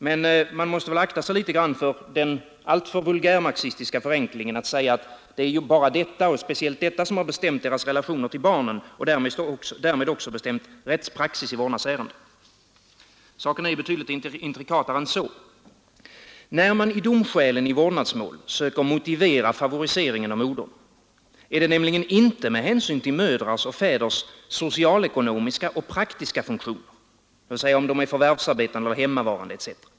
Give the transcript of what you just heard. Men man måste akta sig litet grand för den alltför vulgärmarxistiska förenklingen att säga, att det är speciellt detta som har bestämt deras relationer till barnen och därmed också bestämt rättspraxis i vårdnadsärenden. Saken är betydligt intrikatare än så. När man i domskälen i vårdnadsmål söker motivera favoriseringen av modern är det nämligen inte med hänsyn till mödrars och fäders socialekonomiska och praktiska funktioner — om de är förvärvsarbetande eller hemmavarande etc.